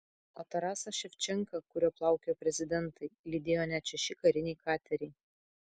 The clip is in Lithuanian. o tarasą ševčenką kuriuo plaukiojo prezidentai lydėjo net šeši kariniai kateriai